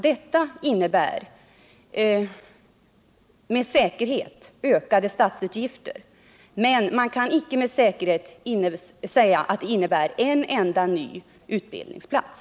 Det innebär med säkerhet ökade statsutgifter, men man kan icke säga att det innebär en enda ny utbildningsplats.